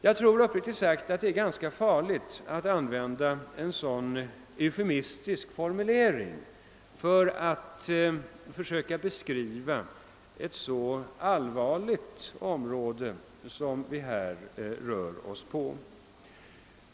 Jag tror uppriktigt sagt att det är ganska farligt att använda en sådan eufemistisk formulering när man vill försöka beskriva detta allvarliga område.